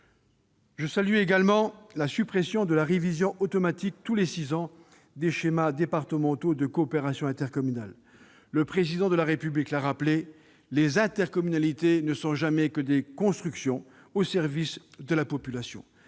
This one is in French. Je salue également la suppression de la révision automatique tous les six ans des schémas départementaux de coopération intercommunale. Le Président de la République l'a rappelé, les intercommunalités ne sont jamais que des constructions au service de la population.